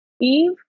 Eve